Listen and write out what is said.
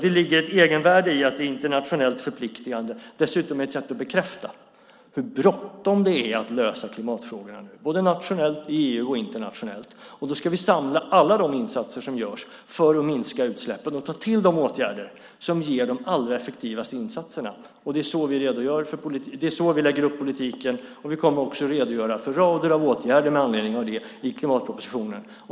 Det ligger ett egenvärde i att det är internationellt förpliktande. Dessutom är det ett sätt att bekräfta hur bråttom det är att lösa klimatfrågorna nu - nationellt, i EU och internationellt. Då ska vi samla alla de insatser som görs för att minska utsläppen och ta till de åtgärder som ger de allra effektivaste insatserna. Det är så vi lägger upp politiken, och vi kommer också att redogöra för rader av åtgärder med anledning av det i klimatpropositionen.